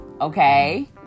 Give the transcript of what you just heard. okay